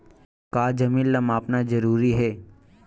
का जमीन ला मापना जरूरी हे?